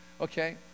Okay